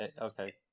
Okay